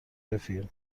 رفیق